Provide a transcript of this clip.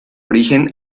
origen